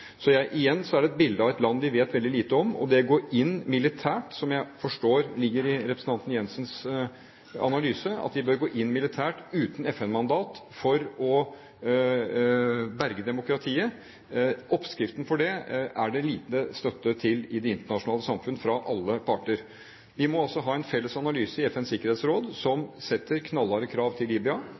Igjen er det et bilde av et land vi vet veldig lite om, og oppskriften på det å gå inn militært, som jeg forstår ligger i representanten Jensens analyse – at vi bør gå inn militært uten FN-mandat for å berge demokratiet – er det lite støtte til i det internasjonale samfunn fra alle parter. Vi må også ha en felles analyse i FNs sikkerhetsråd som setter knallharde krav til Libya,